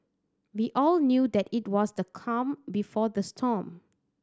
we all knew that it was the calm before the storm